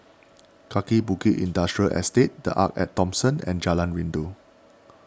Kaki Bukit Industrial Estate the Arte at Thomson and Jalan Rindu